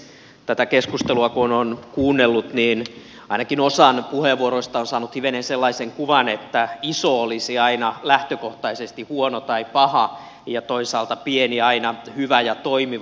tätä keskustelua kun on kuunnellut niin ainakin osassa puheenvuoroista on saanut hivenen sellaisen kuvan että iso olisi aina lähtökohtaisesti huono tai paha ja toisaalta pieni aina hyvä ja toimiva